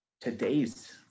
today's